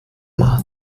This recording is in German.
mal